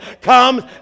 comes